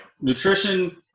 Nutrition